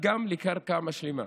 גם לקרקע משלימה,